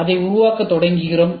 அதை உருவாக்கத் தொடங்குகிறோம்